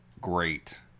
great